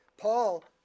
Paul